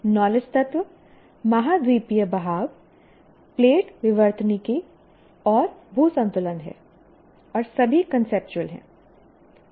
knowledge तत्व महाद्वीपीय बहाव प्लेट विवर्तनिकी और भू संतुलन हैं और सभी कांसेप्चुअल हैं